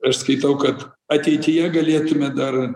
aš skaitau kad ateityje galėtume dar